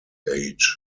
age